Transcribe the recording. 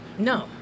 No